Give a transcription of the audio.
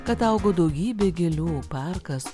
kad augo daugybė gėlių parkas